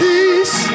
Peace